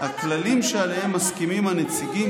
אנחנו בדמוקרטיה,